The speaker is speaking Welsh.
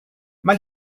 mae